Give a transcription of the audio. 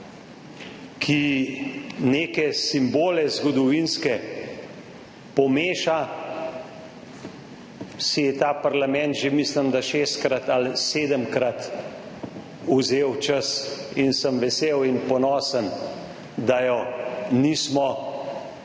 ki neke zgodovinske simbole pomeša, si je ta parlament že, mislim, da šestkrat ali sedemkrat, vzel čas in sem vesel in ponosen, da je nismo